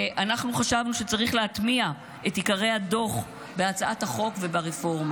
אנחנו חשבנו שצריך להטמיע את עיקרי הדוח בהצעת החוק וברפורמה.